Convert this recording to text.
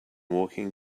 walking